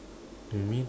you mean